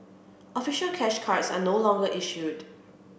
official cash cards are no longer issued